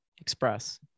express